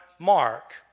Mark